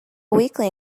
weakling